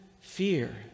fear